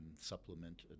supplement